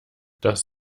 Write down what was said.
das